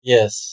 Yes